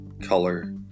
color